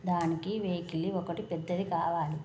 దానికి వెహికల్ ఒకటి పెద్దది కావాలి